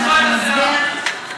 אנחנו נצביע,